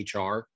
HR